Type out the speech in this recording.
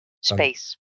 space